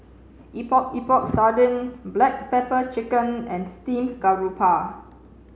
Epok Epok Sardin black pepper chicken and steamed garoupa